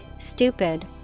stupid